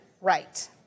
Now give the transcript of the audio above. right